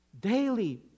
Daily